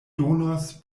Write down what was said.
donos